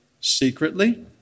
secretly